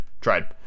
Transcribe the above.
Tried